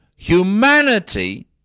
Humanity